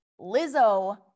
Lizzo